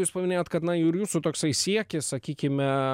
jūs paminėjot kad na ir jūsų toksai siekis sakykime